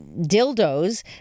dildos